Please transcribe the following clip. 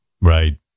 Right